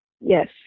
Yes